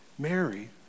Mary